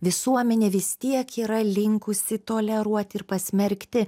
visuomenė vis tiek yra linkusi toleruoti ir pasmerkti